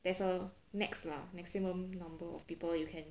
there's a max lah maximum number of people you can